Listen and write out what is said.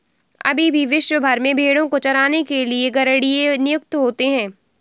अभी भी विश्व भर में भेंड़ों को चराने के लिए गरेड़िए नियुक्त होते हैं